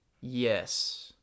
Yes